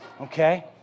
okay